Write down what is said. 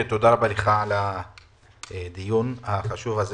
לך על קיום הדיון החשוב הזה